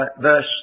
verse